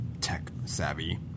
tech-savvy